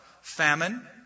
famine